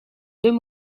deux